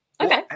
Okay